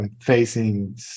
facing